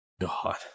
God